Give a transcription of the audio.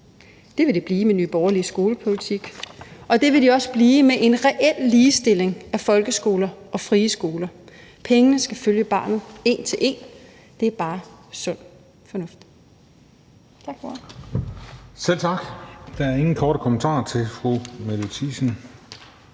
Det vil de blive med Nye Borgerliges skolepolitik, og det vil de også blive med en reel ligestilling af folkeskoler og frie skoler. Pengene skal følge barnet en til en, det er bare sund fornuft. Tak for ordet. Kl. 16:38 Den